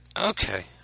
Okay